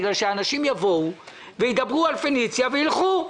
בגלל שאנשים יבואו וידברו על פניציה וילכו.